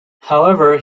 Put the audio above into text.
however